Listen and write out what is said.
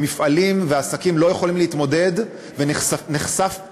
מפעלים ועסקים לא יכולים להתמודד ונמנעים